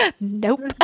Nope